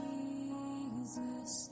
Jesus